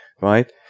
right